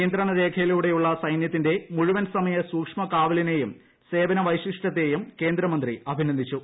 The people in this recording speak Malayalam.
നിയന്ത്രണരേഖയിലൂടെയുള്ള സൈനൃത്തിന്റെ മുഴുവൻ സമയ സൂക്ഷ്മ കാവലിനെയും സേവന വ്യെശ്രിഷ്ട്യത്തെയും കേന്ദ്രമന്ത്രി അഭിനന്ദിച്ചു